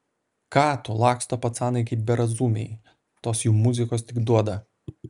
ką tu laksto pacanai kaip berazumiai tos jų muzikos tik duoda